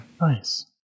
Nice